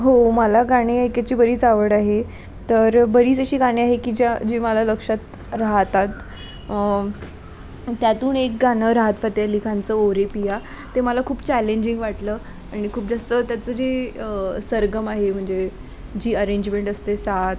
हो मला गाणी ऐकायची बरीच आवड आहे तर बरीच अशी गाणी आहे की ज्या जी मला लक्षात राहतात त्यातून एक गाणं राहतं फतेअली खानचं ओरे पिया ते मला खूप चॅलेंजिंग वाटलं आणि खूप जास्त त्याचं जे सरगम आहे म्हणजे जी अरेंजमेंट असते सात